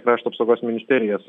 krašto apsaugos ministerijos